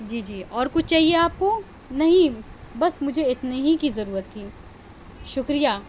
جی جی اور کچھ چاہیے آپ کو نہیں بس مجھے اتنے ہی کی ضرورت تھی شکریہ